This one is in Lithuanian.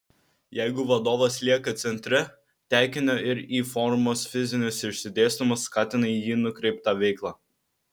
jeigu vadovas lieka centre tekinio ir y formos fizinis išsidėstymas skatina į jį nukreiptą veiklą